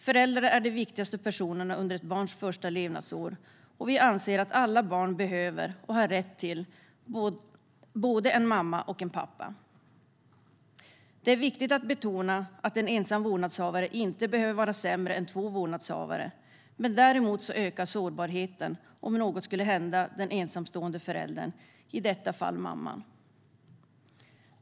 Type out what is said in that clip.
Föräldrar är de viktigaste personerna under ett barns första levnadsår, och vi anser att alla barn behöver och har rätt till både en mamma och en pappa. Det är viktigt att betona att en ensam vårdnadshavare inte behöver vara sämre än två vårdnadshavare. Däremot ökar sårbarheten om något skulle hända den ensamstående föräldern, i detta fall mamman.